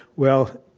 well,